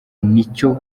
nicyo